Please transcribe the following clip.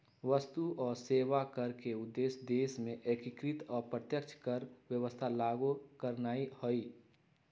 वस्तु आऽ सेवा कर के उद्देश्य देश में एकीकृत अप्रत्यक्ष कर व्यवस्था लागू करनाइ हइ